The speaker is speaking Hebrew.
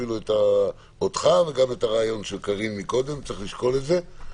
עוד נקודה שכדאי לחשוב עליה בהמשך.